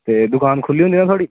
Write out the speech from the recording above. ते दुकान खुली होंदा न थोआड़ी